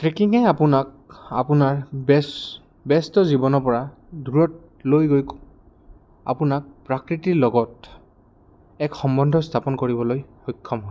ট্ৰেকিঙে আপোনাক আপোনাৰ ব্যস্ত জীৱনৰপৰা দূৰত লৈ গৈ আপোনাক প্ৰকৃতিৰ লগত এক সম্বন্ধ স্থাপন কৰিবলৈ সক্ষম হয়